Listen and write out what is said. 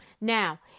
Now